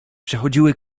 przechodziły